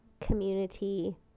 community